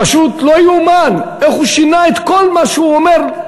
פשוט לא ייאמן איך הוא שינה את כל מה שהוא אומר.